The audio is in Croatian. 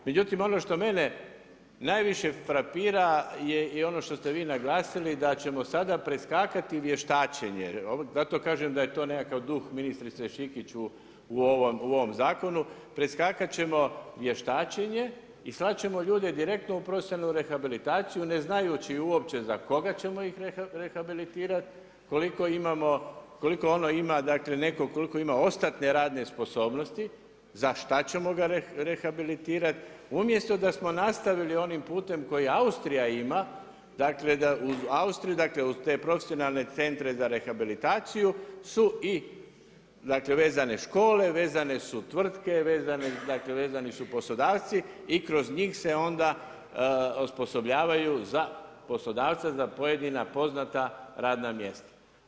Međutim ono što mene najviše frapira i ono što ste vi naglasili da ćemo sada preskakati vještačenje, zato kažem da je to nekakav duh ministrice Šikić u ovom zakonu preskakati ćemo vještačenje i slati ćemo ljude direktno u profesionalnu rehabilitaciju ne znajući uopće za koga ćemo ih rehabilitirati, koliko imamo, koliko ono ima, dakle netko koliko ima ostatne radne sposobnosti, za šta ćemo ga rehabilitirati umjesto da smo nastavili onim putem koji Austrija ima, dakle da uz Austriju, dakle uz te profesionalne centre za rehabilitaciju su i dakle vezane škole, vezane su tvrtke, dakle vezani su poslodavci i kroz njih se onda osposobljavaju za poslodavca za pojedina poznata radna mjesta.